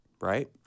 right